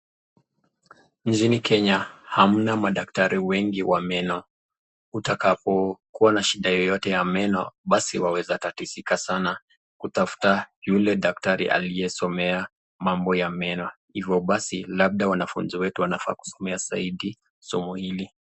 Mjini Kenya hamna madaktari wengi wa memo, utakapo kuwa na shida yoyote ya meno basi utatatizika sana kutafuta yule daktari aliyesomea mambo ya meno. Hivo basi wanafunzi wetu wanafaa kusomea zaidi soko hili.